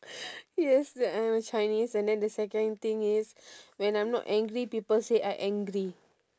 yes that I'm a chinese and then the second thing is when I'm not angry people say I angry